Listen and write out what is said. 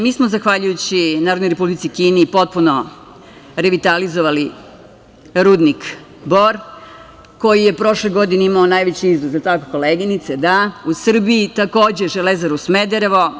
Mi smo, zahvaljujući Narodnoj Republici Kini, potpuno revitalizovali rudnik Bor, koji je prošle godine imao najveći izvoz u Srbiji, takođe Železaru Smederevo.